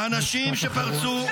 האנשים שפרצו --- משפט אחרון.